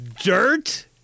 Dirt